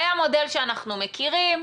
היה מודל שאנחנו מכירים,